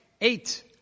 Eight